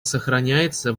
сохраняется